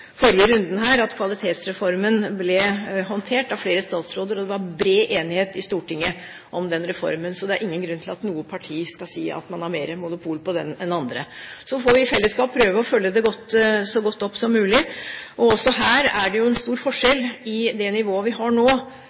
runden her at Kvalitetsreformen ble håndtert av flere statsråder, og det var bred enighet i Stortinget om den reformen. Så det er ingen grunn til at noe parti skal si at de har mer monopol på den enn andre. Så får vi i fellesskap prøve å følge den opp så godt som mulig. Også her er det en stor forskjell i det nivået vi har nå